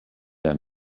der